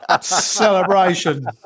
celebration